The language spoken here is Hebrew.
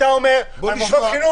בואו נשמע.